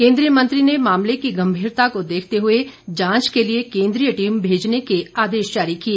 केंद्रीय मंत्री ने मामले की गंभीरता को देखते हुए जांच के लिए केंद्रीय टीम भेजने के आदेश जारी किए